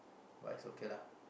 but it's okay lah